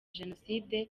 jenoside